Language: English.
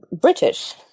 British